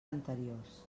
anteriors